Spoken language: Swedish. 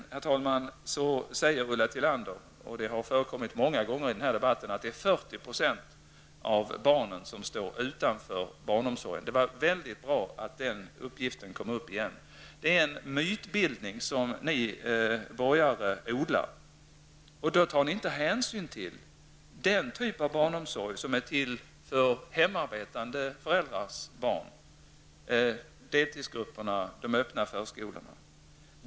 Ulla Tillander säger -- och det har förekommit många gånger i denna debatt -- att Det var bra att den uppgiften kom upp igen. Det är en mytbildning ni borgare odlar. Ni tar inte hänsyn till den typ av barnomsorg som är till för hemarbetande föräldrars barn, deltidsgrupperna och den öppna förskolan.